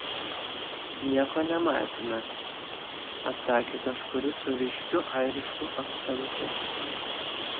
nieko nematėme atsakė kažkuris su ryškiu airišku akcentu